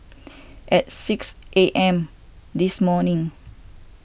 at six A M this morning